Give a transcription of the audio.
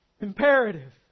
imperative